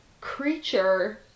creature